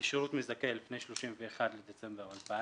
לשירות מזכה לפני 31 בדצמבר 2000